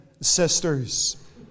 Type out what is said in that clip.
sisters